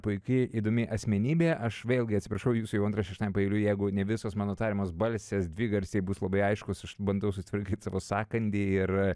puiki įdomi asmenybė aš vėlgi atsiprašau jūsų antrą šeštadienį paeiliui jeigu ne visos mano tariamos balsės dvigarsiai bus labai aiškūs bandau susitvarkyt savo sąkandį ir